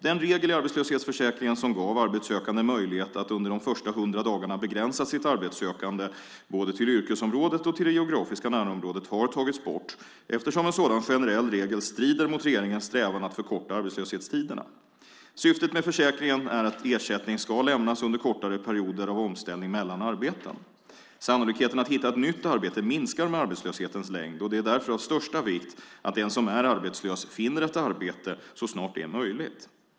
Den regel i arbetslöshetsförsäkringen som gav arbetssökande möjlighet att under de första 100 dagarna begränsa sitt arbetssökande både till yrkesområdet och till det geografiska närområdet har tagits bort eftersom en sådan generell regel strider mot regeringens strävan att förkorta arbetslöshetstiderna. Syftet med försäkringen är att ersättning ska lämnas under kortare perioder av omställning mellan arbeten. Sannolikheten att hitta ett nytt arbete minskar med arbetslöshetens längd, och det är därför av största vikt att den som är arbetslös finner ett arbete så snart det är möjligt.